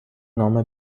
نامه